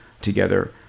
together